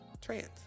trans